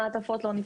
המעטפות לא נפתחו.